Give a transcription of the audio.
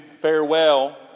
farewell